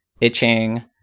itching